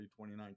2019